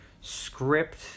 script